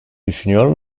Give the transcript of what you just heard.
düşünüyor